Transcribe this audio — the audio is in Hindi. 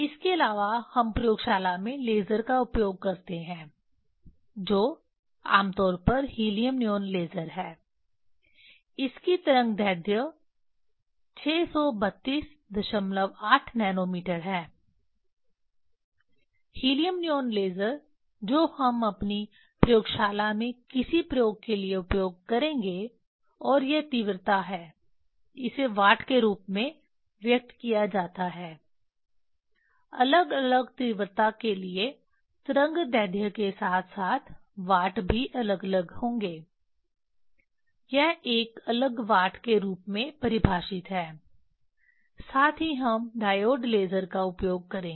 इसके अलावा हम प्रयोगशाला में लेज़र का उपयोग करते हैं जो आमतौर पर हीलियम नियॉन लेज़र है इसकी तरंगदैर्ध्य 6328 नैनोमीटर है हीलियम नियॉन लेज़र जो हम अपनी प्रयोगशाला में किसी प्रयोग के लिए उपयोग करेंगे और यह तीव्रता है इसे वाट के रूप में व्यक्त किया जाता है अलग अलग तीव्रता के लिए तरंगदैर्ध्य के साथ साथ वाट भी अलग अलग होंगे यह एक अलग वाट के रूप में परिभाषित है साथ ही हम डायोड लेज़र का उपयोग करेंगे